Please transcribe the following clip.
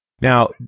Now